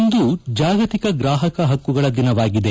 ಇಂದು ಜಾಗತಿಕ ಗ್ರಾಹಕ ಹಕ್ಕುಗಳ ದಿನವಾಗಿದೆ